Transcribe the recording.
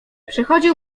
przechodził